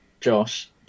josh